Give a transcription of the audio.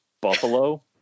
buffalo